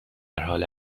حال